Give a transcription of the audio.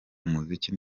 umuziki